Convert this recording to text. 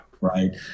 right